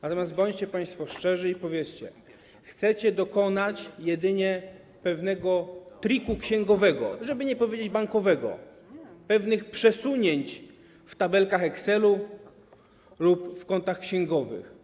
Natomiast bądźcie państwo szczerzy i powiedzcie, że chcecie dokonać jedynie triku księgowego - żeby nie powiedzieć: bankowego - pewnych przesunięć w tabelkach Excelu lub w kontach księgowych.